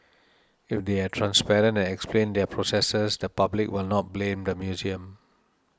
if they are transparent and explain their processes the public will not blame the museum